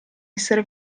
essere